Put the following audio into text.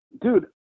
Dude